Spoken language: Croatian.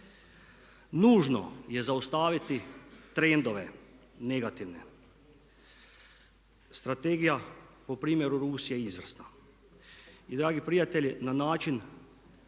Nužno je zaustaviti trendove negativne. Strategija po primjeru Rusije je izvrsna. I dragi prijatelji na način